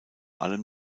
allem